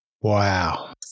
Wow